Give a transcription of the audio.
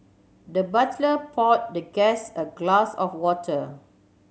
the butler poured the guest a glass of water